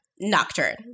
Nocturne